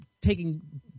taking